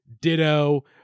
ditto